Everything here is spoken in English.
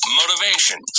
motivation